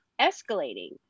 escalating